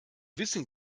wissen